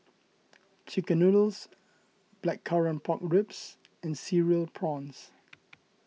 Chicken Noodles Blackcurrant Pork Ribs and Cereal Prawns